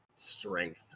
strength